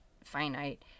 finite